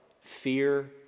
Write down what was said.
fear